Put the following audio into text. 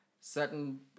certain